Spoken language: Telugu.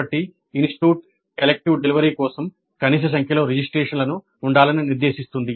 కాబట్టి ఇన్స్టిట్యూట్ ఎలిక్టివ్ డెలివరీ కోసం కనీస సంఖ్యలో రిజిస్ట్రేషన్లను ఉండాలని నిర్దేశిస్తాయి